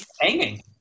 hanging